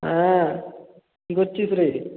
হ্যাঁ কী করছিস রে